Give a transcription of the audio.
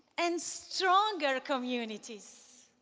and stronger communities.